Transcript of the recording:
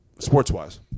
Sports-wise